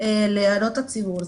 להערות הציבור.